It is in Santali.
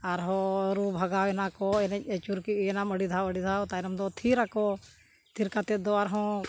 ᱟᱨᱦᱚᱸ ᱨᱩ ᱵᱷᱟᱜᱟᱣ ᱮᱱᱟᱠᱚ ᱮᱱᱮᱡ ᱟᱹᱪᱩᱨ ᱠᱮᱫᱟᱢ ᱟᱹᱰᱤ ᱫᱷᱟᱣ ᱟᱹᱰᱤ ᱫᱷᱟᱣ ᱛᱟᱭᱱᱚᱢ ᱫᱚ ᱛᱷᱤᱨᱟᱠᱚ ᱛᱷᱤᱨ ᱠᱟᱛᱮᱫ ᱫᱚ ᱟᱨᱦᱚᱸ